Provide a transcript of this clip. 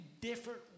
different